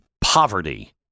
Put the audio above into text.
poverty